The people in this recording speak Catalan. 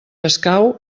escau